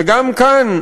וגם כאן,